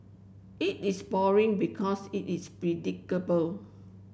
it is boring because it is predictable